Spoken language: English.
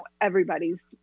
Everybody's